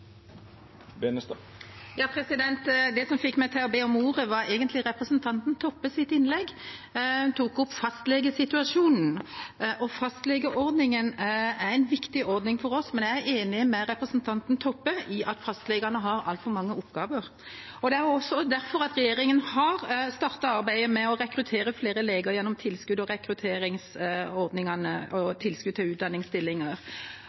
Det som fikk meg til å be om ordet, var egentlig representanten Toppes innlegg. Hun tok opp fastlegesituasjonen. Fastlegeordningen er en viktig ordning for oss, men jeg er enig med representanten Toppe i at fastlegene har altfor mange oppgaver. Det er derfor regjeringen har startet arbeidet med å rekruttere flere leger gjennom tilskudds- og rekrutteringsordningene